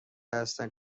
هستند